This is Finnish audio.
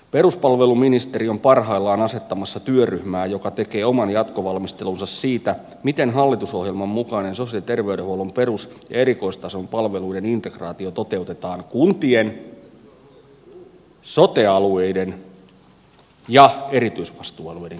peruspalveluministeri on parhaillaan asettamassa työryhmää joka tekee oman jatkotyönsä siitä miten hallitusohjelman mukainen sosiaali ja terveydenhuollon perus ja erikoistason palveluiden integraatio toteutetaan kuntien sote alueiden ja erityisvastuualueiden kesken